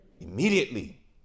Immediately